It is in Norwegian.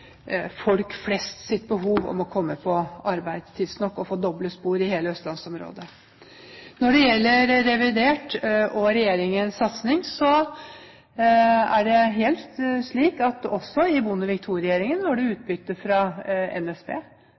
folk flest for å komme på arbeid tidsnok – få doble spor i hele østlandsområdet. Når det gjelder revidert og regjeringens satsing, var det også under Bondevik II-regjeringen utbytte fra NSB.